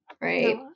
right